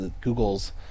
Google's